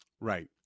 Right